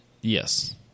Yes